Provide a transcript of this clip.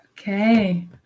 Okay